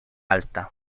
alta